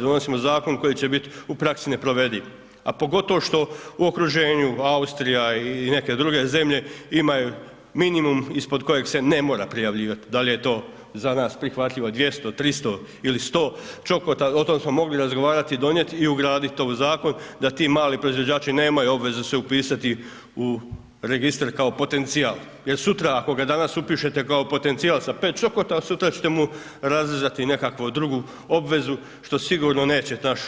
Donosimo Zakon koji će biti u praksi neprovediv, a pogotovo što u okruženju Austrija i neke druge zemlje imaju minimum ispod kojeg se ne mora prijavljivati, dal' je to za nas prihvatljivo, 200, 300 ili 100 čokota, o tom smo mogli razgovarat i donijet, i ugraditi to u Zakon da ti mali proizvođači nemaju obvezu se upisati u registar kao potencijal, jer sutra ako ga danas upišete kao potencijal sa pet čokota, sutra će te mu razrezati nekakvu drugu obvezu što sigurno neće naš